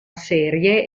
serie